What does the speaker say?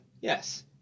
yes